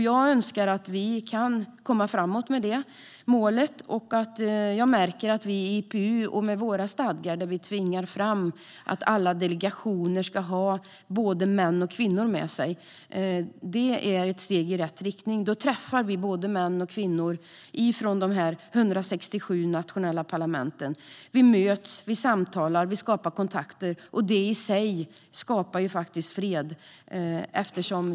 Jag önskar att vi kan komma framåt mot det målet. Vi i IPU tvingar med våra stadgar fram att alla delegationer har både män och kvinnor med sig. Det är ett steg i rätt riktning. Då träffar vi både män och kvinnor från de 167 nationella parlamenten. Vi möts, samtalar och skapar kontakter, och det i sig skapar fred.